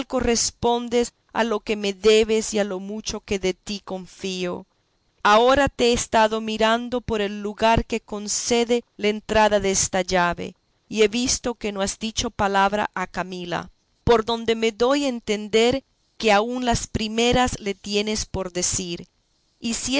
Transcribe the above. correspondes a lo que me debes y a lo mucho que de ti confío ahora te he estado mirando por el lugar que concede la entrada desta llave y he visto que no has dicho palabra a camila por donde me doy a entender que aun las primeras le tienes por decir y si